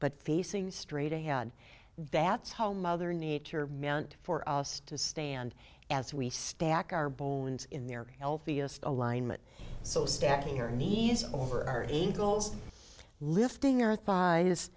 but facing straight ahead that's how mother nature meant for us to stand as we stack our bones in their healthiest alignment so stacking her knees over angles lifting or thighs